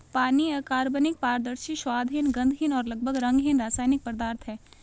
पानी अकार्बनिक, पारदर्शी, स्वादहीन, गंधहीन और लगभग रंगहीन रासायनिक पदार्थ है